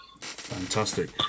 Fantastic